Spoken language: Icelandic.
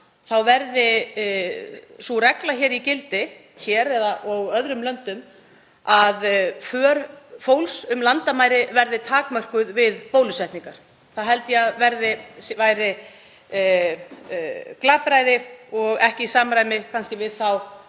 verði sú regla í gildi hér eða í öðrum löndum að för fólks um landamæri verði takmörkuð við bólusetningar. Það held ég að væri glapræði og ekki í samræmi við þá